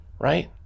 Right